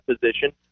position